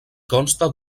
consta